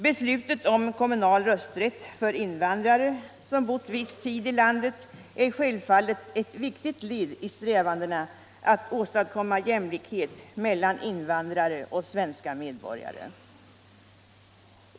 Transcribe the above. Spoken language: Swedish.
Beslutet om kommunal rösträtt för invandrare som bott viss tid i landet är självfallet ett viktigt led i strävandena att åstadkomma jämlikhet mellan invandrare och svenska medborgare.